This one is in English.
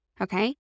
Okay